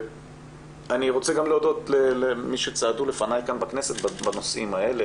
אני רוצה גם להודות למי שצעדו לפניי כאן בכנסת בנושאים האלה,